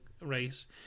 race